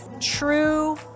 true